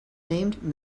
named